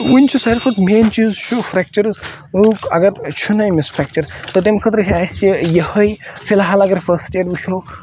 وٕنۍ چھُ ساروی کھۄتہٕ مین چیٖز چھُ فریٚکچرس لوٚگ اَگَر چھُنہ أمِس فریٚکچَر تو تمہِ خٲطرٕ چھُ اَسہِ یِہوے فِلحل اَگر فٔسٹ ایڈ وٕچھو